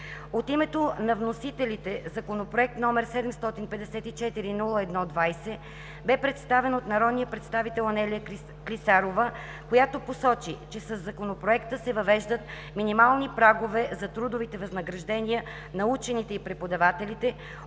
От името на вносителите Законопроекта, № 754-01-20, бе представен от народния представител Анелия Клисарова, която посочи, че със Законопроекта се въвеждат минимални прагове за трудовите възнаграждения на учените и преподавателите,